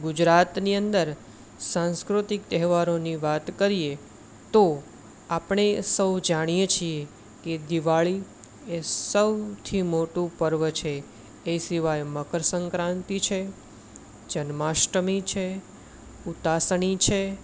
ગુજરાતની અંદર સાંસ્કૃતિક તહેવારોની વાત કરીએ તો આપણે સૌ જાણીએ છીએ એ સૌથી મોટું પર્વ છે એ સિવાય મકરસંક્રાંતિ છે જન્માષ્ટમી છે ઉતાસની છે